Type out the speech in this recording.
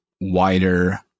wider